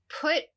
put